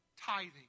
tithing